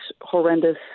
horrendous